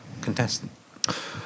contestant